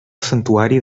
santuari